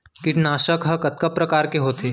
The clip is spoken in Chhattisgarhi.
कीटनाशक ह कतका प्रकार के होथे?